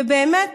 ובאמת